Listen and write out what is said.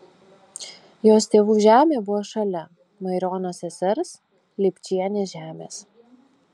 jos tėvų žemė buvo šalia maironio sesers lipčienės žemės